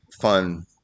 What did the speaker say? fun